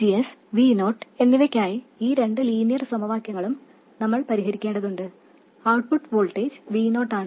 VGS Vo എന്നിവയ്ക്കായി ഈ രണ്ട് ലീനിയർ സമവാക്യങ്ങളും നമ്മൾ പരിഹരിക്കേണ്ടതുണ്ട് ഔട്ട്പുട്ട് വോൾട്ടേജ് Vo ആണ്